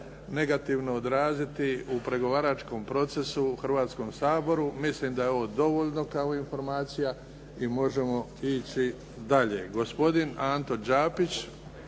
negativno odraziti u pregovaračkom procesu u Hrvatskom saboru. Mislim da je ovo dovoljno kao informacija i možemo ići dalje.